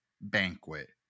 banquet